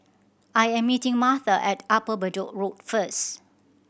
I am meeting Martha at Upper Bedok Road first